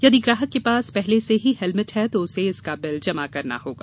यदि ग्राहक के पास पहले से ही हेलमेट है तो उसे इसका बिल जमा करना होगा